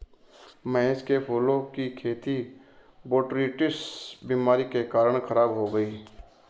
महेश के फूलों की खेती बोटरीटिस बीमारी के कारण खराब हो गई